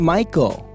Michael 。